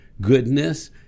goodness